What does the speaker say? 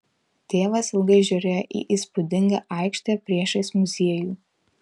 tėvas ilgai žiūrėjo į įspūdingą aikštę priešais muziejų